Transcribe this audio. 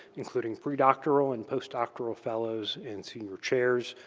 including predoctoral and postdoctoral fellows and senior chairs.